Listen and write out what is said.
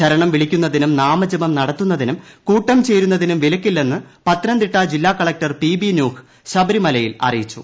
ശരണം വിളിക്കുന്നതിനും നാമജപം നടത്തുന്നതിനും കൂട്ടം ചേരുന്നതിനും വിലക്കില്ലന്ന് പത്തനംതിട്ട ജില്ലാ കളക്റ്റർ പി ബി ന്യൂഹ് ശബരിമലയിൽ അറിയിച്ചു